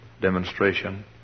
demonstration